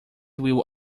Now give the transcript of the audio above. will